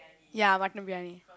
ya mutton briyani